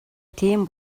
тийм